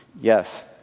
Yes